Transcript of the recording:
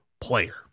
player